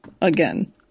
Again